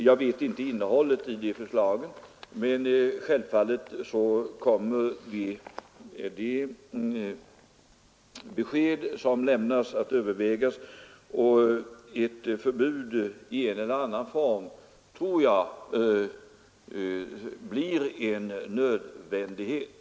Jag känner inte till innehållet i förslaget, men de besked som lämn:; kommer självfallet att övervägas, och jag tror att ett förbud i en eller annan form blir en nödvändighet.